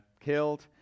killed